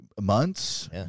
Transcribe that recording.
months